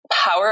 power